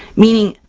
meaning,